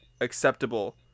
acceptable